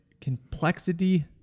complexity